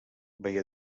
veié